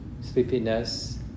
sleepiness